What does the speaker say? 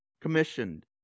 commissioned